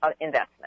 investment